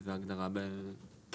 כי זאת הגדרה --- כן,